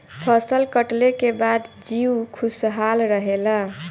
फसल कटले के बाद जीउ खुशहाल रहेला